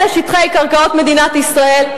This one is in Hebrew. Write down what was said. אלה שטחי קרקעות מדינת ישראל.